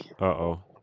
Uh-oh